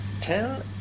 Ten